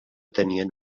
tenien